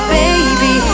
baby